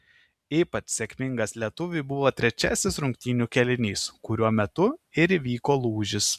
ypač sėkmingas lietuviui buvo trečiasis rungtynių kėlinys kuriuo metu ir įvyko lūžis